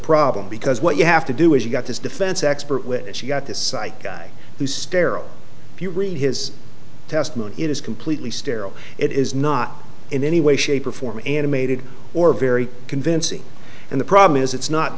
problem because what you have to do is you've got this defense expert witness you've got this site guy who's sterile if you read his testimony it is completely sterile it is not in any way shape or form animated or very convincing and the problem is it's not